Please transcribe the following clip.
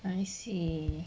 I see